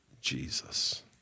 Jesus